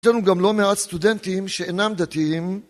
יש לנו גם לא מעט סטודנטים שאינם דתיים